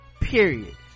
Period